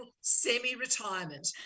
semi-retirement